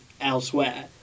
elsewhere